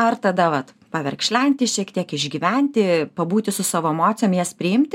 ar tada vat paverkšlenti šiek tiek išgyventi pabūti su savo emocijom jas priimti